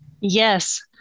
Yes